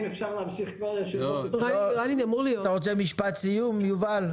יוגב בבקשה, משפט סיום.